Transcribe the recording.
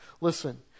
Listen